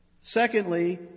Secondly